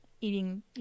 eating